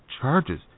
charges